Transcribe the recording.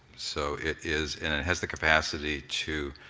so it is, and it has the capacity to,